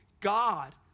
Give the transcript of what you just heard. God